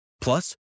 Plus